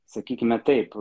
sakykime taip